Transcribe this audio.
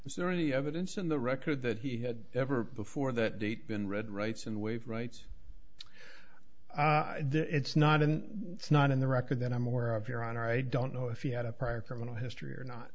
there any evidence in the record that he had ever before that date been read rights and waive rights it's not in not in the record that i'm aware of your honor i don't know if he had a prior criminal history or not